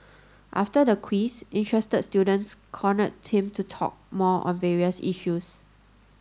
after the quiz interested students cornered him to talk more on various issues